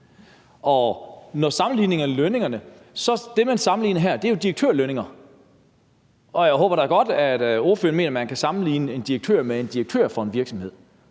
man sammenligner her, jo direktørlønninger, og jeg håber da, at ordføreren godt mener, man kan sammenligne en direktør med en direktør for en virksomhed.